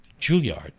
Juilliard